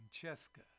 Francesca